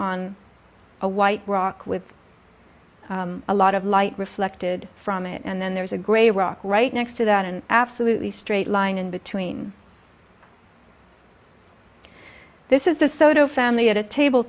on a white rock with a lot of light reflected from it and then there's a gray rock right next to that and absolutely straight line in between this is the soto family at a table